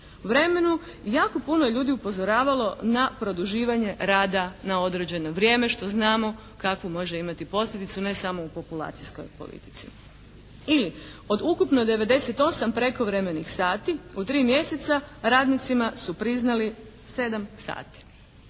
vremenu. Jako je puno ljudi upozoravalo na produživanje rada na određeno vrijeme što znamo kakvu može imati posljedicu ne samo u populacijskoj politici. Ili, od ukupnog 98 prekovremenih sati u tri mjeseca radnicima su priznali 7 sati